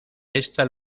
esta